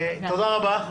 אה, תודה רבה.